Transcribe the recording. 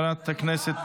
היא נוכחת.